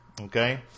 Okay